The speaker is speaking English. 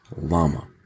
Lama